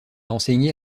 enseigné